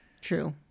True